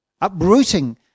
Uprooting